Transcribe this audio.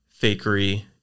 fakery